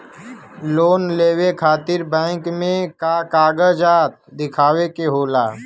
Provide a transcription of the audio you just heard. Loan लेवे खातिर bank मे का कागजात दिखावे के होला?